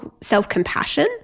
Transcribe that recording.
self-compassion